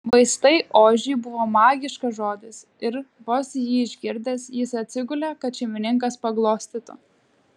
vaistai ožiui buvo magiškas žodis ir vos jį išgirdęs jis atsigulė kad šeimininkas paglostytų